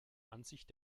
ansicht